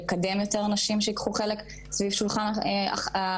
לקדם יותר נשים שייקחו חלק סביב שולחן ההחלטות,